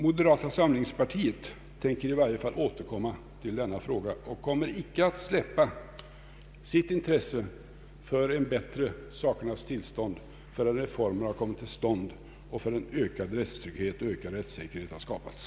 Moderata samlingspartiet tänker i varje fall återkomma till denna fråga och kommer icke att släppa sitt intresse för ett bättre sakernas tillstånd förrän reformer kommit och förrän ökad rättstrygghet och ökad rättssäkerhet har skapats.